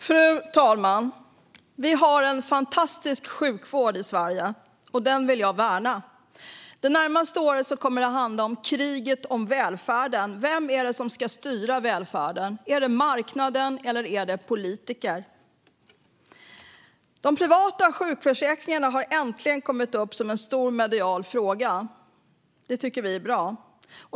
Fru talman! Vi har en fantastisk sjukvård i Sverige, och den vill jag värna. Det närmaste året kommer det att handla om kriget om välfärden och om vem som ska styra den. Är det marknaden eller politiker? De privata sjukförsäkringarna har äntligen kommit upp som en stor medial fråga, vilket vi tycker är bra.